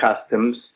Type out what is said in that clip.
customs